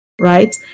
right